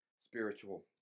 spiritual